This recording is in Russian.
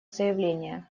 заявление